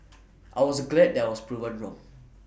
I was glad that I was proven wrong